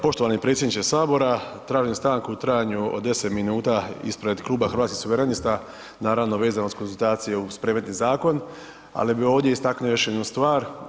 Poštovani predsjedniče sabora tražim stanku u trajanju od 10 minuta ispred Kluba Hrvatskih suverenista naravno vezano uz konzultacije uz predmetni zakon, ali bih ovdje istaknuo još jednu stvar.